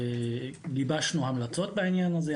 גיבשנו המלצות בעניין הזה.